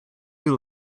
you